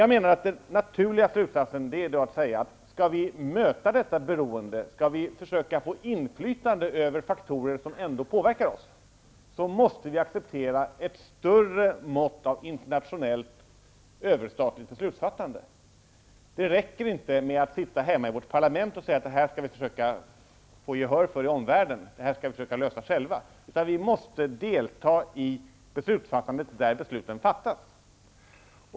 Jag menar att den naturliga slutsatsen är att säga: Skall vi möta detta beroende, skall vi försöka få inflytande över faktorer som ändå påverkar oss, måste vi acceptera ett större mått av internationellt, överstatligt beslutsfattande. Det räcker inte att sitta hemma i vårt parlament och säga att detta skall vi försöka få gehör för i omvärlden, och detta skall vi försöka lösa själva, utan vi måste delta i beslutsfattandet där besluten fattas.